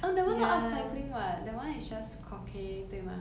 uh that [one] not up-cycling [what] that one is just croquette 对吗